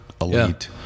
elite